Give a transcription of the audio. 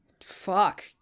fuck